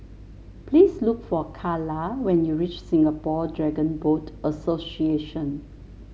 please look for Karla when you reach Singapore Dragon Boat Association